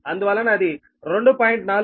అందువలన అది 2